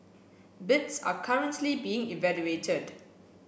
bids are currently being evaluated